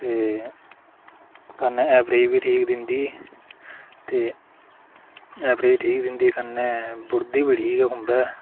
ते कन्नै ऐवरेज बी ठीक दिंदी ते ऐवरेज ठीक दिंदी कन्नै बुढ़दी बी ठीक ऐ खुंबै